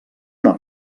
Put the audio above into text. una